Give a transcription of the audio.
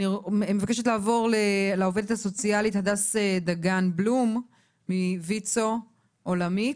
אני מבקשת לעבור לעובדת הסוציאלית הדס דגן בלום מויצו העולמית.